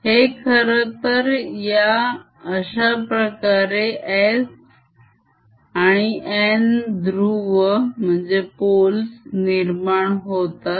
हे खरा तर या अश्याप्रकारे s आणि N ध्रुव निर्माण होतात